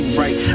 right